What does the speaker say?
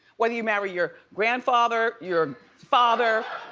whether you marry your grandfather, your father,